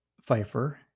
Pfeiffer